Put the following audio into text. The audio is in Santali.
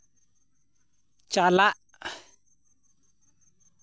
ᱪᱟᱞᱟᱜ